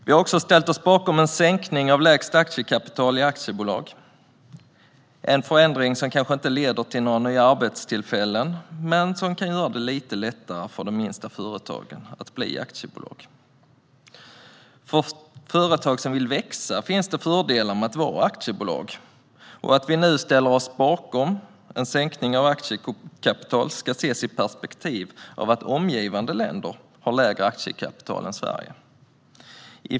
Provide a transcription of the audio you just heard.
Vi har också ställt oss bakom en sänkning av lägsta aktiekapital i aktiebolag, en förändring som kanske inte leder till några nya arbetstillfällen men som kan göra det lite lättare för de minsta företagen att bli aktiebolag. För företag som vill växa finns det fördelar med att vara aktiebolag, och att vi nu ställer oss bakom en sänkning av aktiekapital ska ses i perspektiv av att omgivande länder har lägre aktiekapital än Sverige.